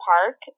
Park